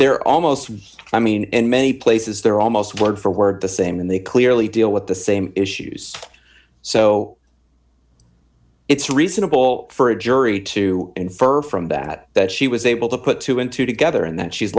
they're almost i mean in many places they're almost word for word the same and they clearly deal with the same issues so it's reasonable for a jury to infer from that that she was able to put two and two together and that she's